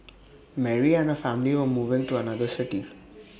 Mary and her family were moving to another city